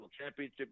championship